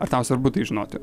ar tau svarbu tai žinoti